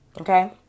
Okay